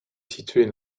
située